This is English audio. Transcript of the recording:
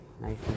Nice